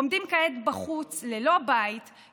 עומדות כעת בחוץ ללא בית,